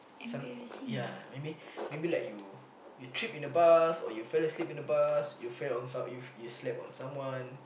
some ya maybe maybe like you you trip in the bus or you fell asleep in the bus you fell you slept on someone